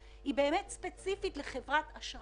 אני לא בעד בלעדיות לסוכני ביטוח, כי יש ביטוח